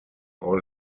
all